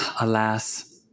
alas